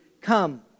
come